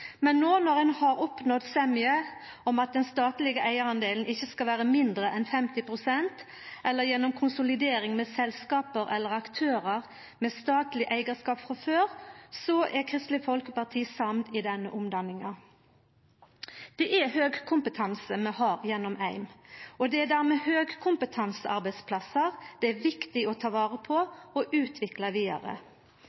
men no når ein har oppnådd semje om at den statlege eigardelen ikkje skal vera mindre enn 50 pst., med mindre det skjer gjennom konsolidering med selskap eller aktørar med statleg eigarskap frå før, er Kristeleg Folkeparti samd i denne omdanninga. Det er høgkompetanse me har gjennom AIM, og det er dermed høgkompetansearbeidsplassar det er viktig å ta vare på